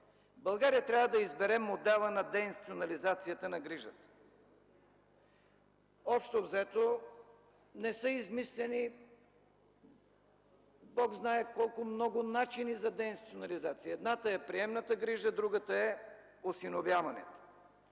България трябва да избере модела на деинституциализацията, на грижата. Общо взето не са измислени Бог знае колко много начини за деинституционализация. Едната е приемната грижа, другата е – осиновяването,